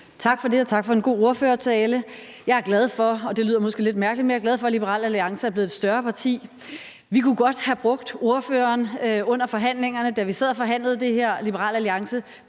Tak for det, og tak for en god ordførertale. Jeg er glad for – og det lyder måske lidt mærkeligt – at Liberal Alliance er blevet et større parti. Vi kunne godt have brugt ordføreren under forhandlingerne, da vi sad og forhandlede det her. Liberal Alliance